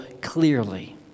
clearly